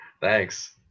Thanks